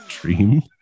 dream